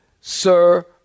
Sir